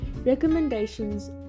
recommendations